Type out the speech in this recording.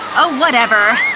oh, whatever.